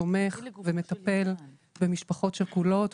תומך ומטפל במשפחות שכולות,